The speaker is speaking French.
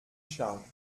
charge